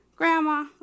Grandma